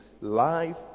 life